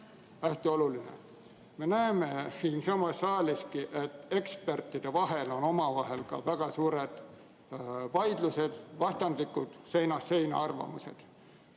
hästi oluline. Me näeme siinsamas saaliski, et ekspertidel on omavahel ka väga suured vaidlused, neil on vastandlikud, seinast seina arvamused.